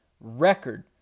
record